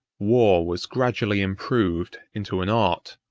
war was gradually improved into an art,